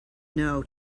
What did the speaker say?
know